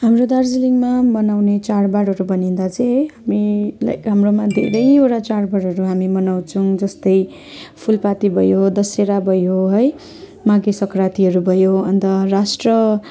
हाम्रो दार्जिलिङमा मनाउने चाडबाडहरू भनिँदा चाहिँ हामी लाइक हाम्रोमा धेरै वटा चाडबाडहरू हामी मनाउँछौँ जस्तै फुलपाती भयो दशहरा भयो है माघे सङ्क्रान्तिहरू भयो है अन्त राष्ट्र